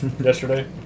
yesterday